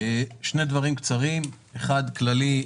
שני דברים קצרים אחד כללי,